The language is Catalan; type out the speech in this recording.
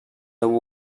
deu